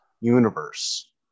universe